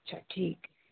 अच्छा ठीकु आहे